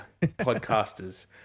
podcasters